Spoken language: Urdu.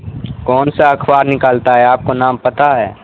کون سا اخبار نکالتا ہے آپ کو نام پتہ ہے